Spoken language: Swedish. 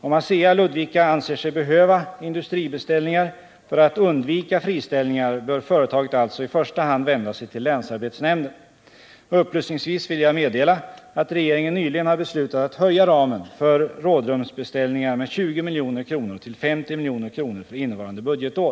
Om ASEA i Ludvika anser sig behöva industribeställningar för att undvika friställningar bör företaget alltså i första hand vända sig till länsarbetsnämnden. Upplysningsvis vill jag meddela att regeringen nyligen har beslutat att höja ramen för rådrumsbeställningar med 20 milj.kr. till 50 milj.kr. för innevarande budgetår.